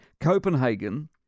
Copenhagen